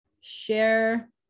share